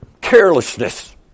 carelessness